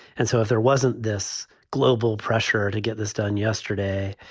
and so if there wasn't this global pressure to get this done yesterday,